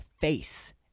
face